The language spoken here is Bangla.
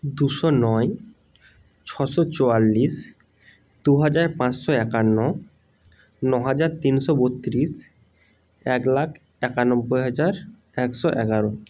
দুশো নয় ছশো চুয়াল্লিশ দু হাজার পাঁচশো একান্ন ন হাজার তিনশো বত্রিশ এক লাখ একানব্বই হাজার একশো এগারো